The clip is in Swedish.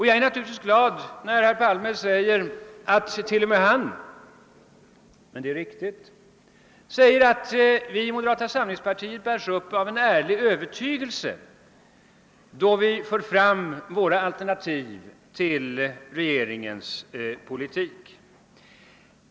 Jag är naturligtvis glad över att t.o.m. herr Palme säger — och det är riktigt — att vi i moderata samlingspartiet bärs upp av en ärlig övertygelse, då vi för fram våra alternativ till regeringens politik.